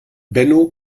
benno